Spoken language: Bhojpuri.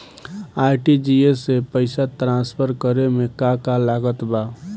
आर.टी.जी.एस से पईसा तराँसफर करे मे का का लागत बा?